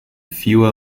fewer